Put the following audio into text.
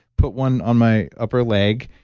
put one on my upper leg,